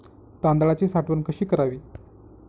तांदळाची साठवण कशी करावी?